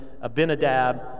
Abinadab